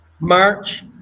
March